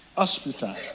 hospital